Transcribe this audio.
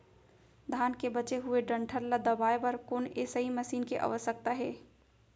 धान के बचे हुए डंठल ल दबाये बर कोन एसई मशीन के आवश्यकता हे?